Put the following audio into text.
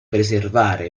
preservare